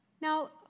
Now